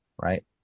right